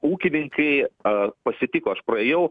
ūkininkai a pasitiko aš praėjau